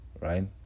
right